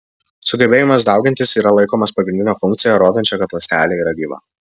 sugebėjimas daugintis yra laikomas pagrindine funkcija rodančia kad ląstelė yra gyva